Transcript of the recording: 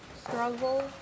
Struggle